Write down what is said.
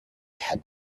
had